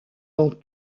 dans